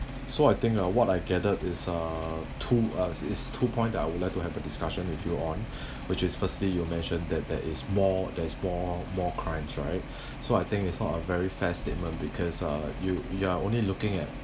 so I think uh what I gathered is uh two is is two point I would like to have a discussion with you on which is firstly you mentioned that there is more there's more more crimes right so I think it's not a very fair statement because uh you you're only looking at